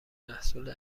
محصول